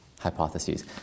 hypotheses